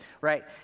right